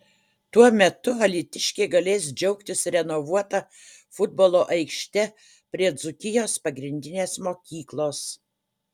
tuo metu alytiškiai galės džiaugtis renovuota futbolo aikšte prie dzūkijos pagrindinės mokyklos